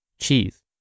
cheese